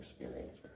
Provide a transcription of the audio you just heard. experience